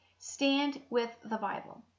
standwiththebible